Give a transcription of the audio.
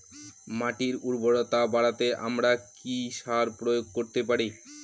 মাটির উর্বরতা বাড়াতে আমরা কি সার প্রয়োগ করতে পারি?